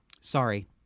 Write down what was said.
Sorry